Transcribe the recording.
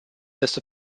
this